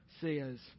says